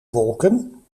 wolken